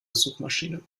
suchmaschine